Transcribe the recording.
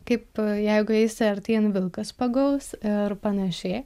kaip jeigu eisi artyn vilkas pagaus ir panašiai